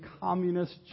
communist